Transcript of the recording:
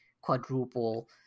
quadruple